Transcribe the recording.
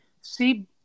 see